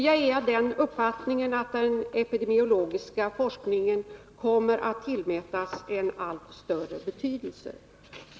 Jag är av den uppfattningen att den epidemiologiska forskningen kommer att tillmätas en allt större betydelse.